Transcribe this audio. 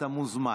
אתה מוזמן.